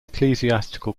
ecclesiastical